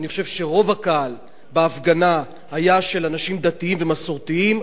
אני חושב שרוב הקהל בהפגנה היה של אנשים דתיים ומסורתיים.